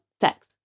sex